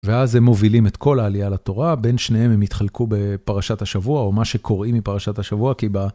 ואז הם מובילים את כל העלייה לתורה, בין שניהם הם התחלקו בפרשת השבוע, או מה שקוראים מפרשת השבוע, כי בה...